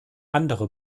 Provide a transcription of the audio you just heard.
andere